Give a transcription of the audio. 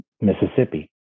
Mississippi